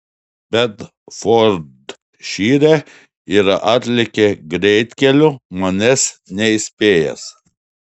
bedfordšyre ir atlėkė greitkeliu manęs neįspėjęs